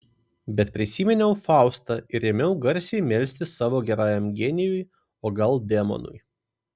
bet prisiminiau faustą ir ėmiau garsiai melstis savo gerajam genijui o gal demonui